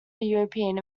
european